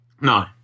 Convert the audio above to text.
No